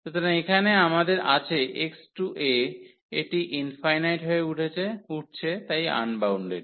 সুতরাং এখানে আমাদের আছে x → a এটি ইনফাইনাইট হয়ে উঠছে তাই আনবাউন্ডেড